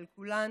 של כולנו,